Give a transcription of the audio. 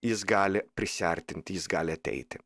jis gali prisiartinti jis gali ateiti